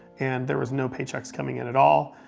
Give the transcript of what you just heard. and there was no paychecks coming in at all.